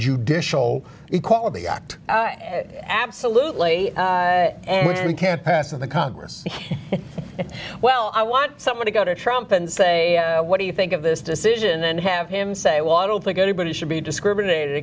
judicial equality act absolutely and we can't pass in the congress well i want someone to go to trump and say what do you think of this decision and have him say well i don't think anybody should be discriminated